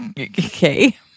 Okay